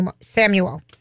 Samuel